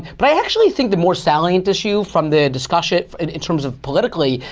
but i actually think the more salient issue from the discussion, in terms of politically,